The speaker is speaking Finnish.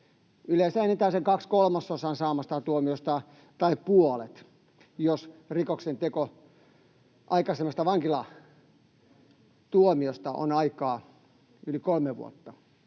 yleensä enintään sen kaksi kolmasosaa saamastaan tuomiosta, tai puolet, jos aikaisemmasta vankilatuomiosta on aikaa yli kolme vuotta.